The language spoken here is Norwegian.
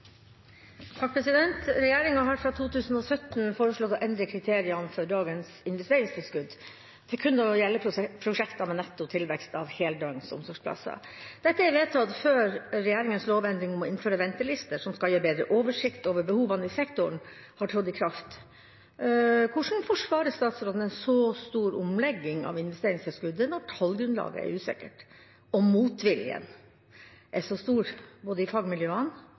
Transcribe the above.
kun å gjelde prosjekter med netto tilvekst av heldøgns omsorgsplasser. Dette er vedtatt før regjeringens lovendring om å innføre ventelister, som skal gi bedre oversikt over behov i sektoren, har trådt i kraft. Hvordan forsvarer statsråden en så stor omlegging av investeringstilskuddet når tallgrunnlaget er usikkert og motviljen er så stor både i fagmiljøene